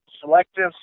selective